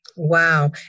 Wow